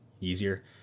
easier